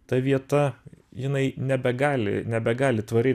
ta vieta jinai nebegali nebegali tvariai